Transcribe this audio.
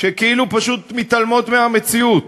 שכאילו פשוט מתעלמות מהמציאות.